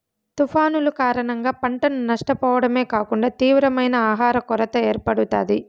తుఫానులు కారణంగా పంటను నష్టపోవడమే కాకుండా తీవ్రమైన ఆహర కొరత ఏర్పడుతాది